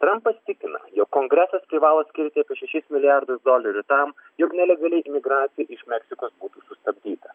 trampas tikina jog kongresas privalo skirti šešis milijardus dolerių tam jog nelegali imigracija iš meksikos būtų sustabdyta